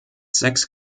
sechs